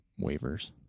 waivers